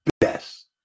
best